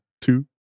Two